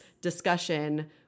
discussion